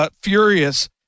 furious